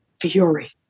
fury